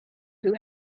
who